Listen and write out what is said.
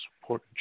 support